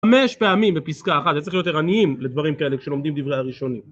5 פעמים בפסקה אחת, אתם צריכים להיות ערניים לדברים כאלה כשלומדים דברי הראשונים.